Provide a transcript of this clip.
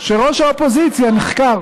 כשראש האופוזיציה נחקר,